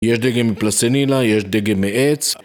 יש דגם מפלסטלינה, יש דגם מעץ